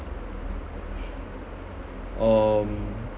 um